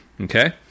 Okay